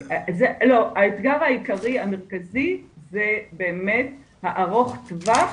האתגר העיקרי המרכזי זה באמת הארוך טווח